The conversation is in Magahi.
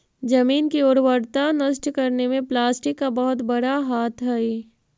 जमीन की उर्वरता नष्ट करने में प्लास्टिक का बहुत बड़ा हाथ हई